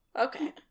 Okay